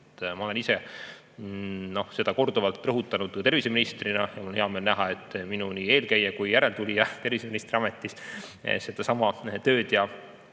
Ma ise seda korduvalt rõhutasin ju terviseministrina ja mul on hea meel näha, et minu eelkäija ja järeltulija terviseministri ametis seda tööd